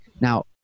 Now